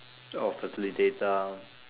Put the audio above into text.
your facilitator